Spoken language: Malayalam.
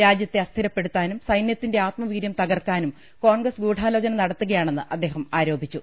രാജ്യത്തെ അസ്ഥി രപ്പെടുത്താനും സൈനൃത്തിന്റെ ആത്മവീരൃം തകർക്കാനും കോൺഗ്രസ് ഗൂഡാലോചന നടത്തുകയാണെന്ന് അദ്ദേഹം ആരോപിച്ചു